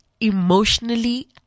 emotionally